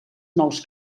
nous